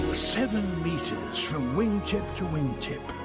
seven meters from wing tip to wing tip.